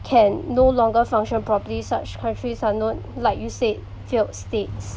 can no longer function properly such countries are know like you said failed states